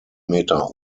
meter